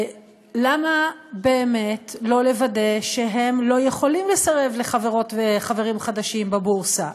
למה באמת לא לוודא שהם לא יכולים לסרב לחברות ולחברים חדשים בבורסה?